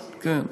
כן.